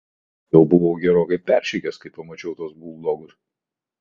jau buvau gerokai peršikęs kai pamačiau tuos buldogus